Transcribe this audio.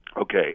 okay